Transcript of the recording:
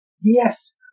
Yes